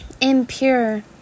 impure